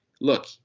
look